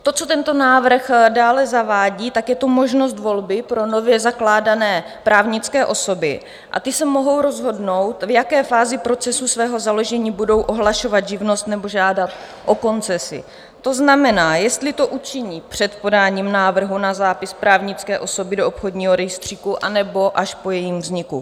To, co tento návrh dále zavádí, je možnost volby pro nově zakládané právnické osoby, a ty se mohou rozhodnout, v jaké fázi procesu svého založení budou ohlašovat živnost nebo žádat o koncesi, to znamená, jestli to učiní před podáním návrhu na zápis právnické osoby do obchodního rejstříku, anebo až po jejím vzniku.